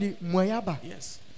yes